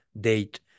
date